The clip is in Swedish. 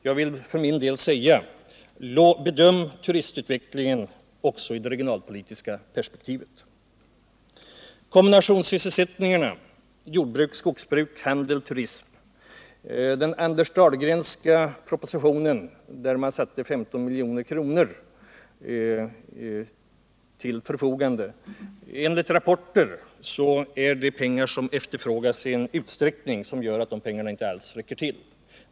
Jag vill för min del säga: Bedöm turistutvecklingen också i det regionalpolitiska perspektivet! För kombinationssysselsättningarna jordbruk, skogsbruk, handel och turism ställdes 15 milj.kr. till förfogande i den Anders Dahlgrenska propositionen. Enligt rapporter efterfrågas så mycket pengar att detta belopp inte alls räcker till.